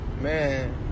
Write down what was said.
man